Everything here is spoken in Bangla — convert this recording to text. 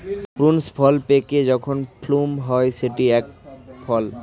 প্রুনস ফল পেকে যখন প্লুম হয় সেটি এক ফল